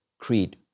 Creed